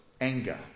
anger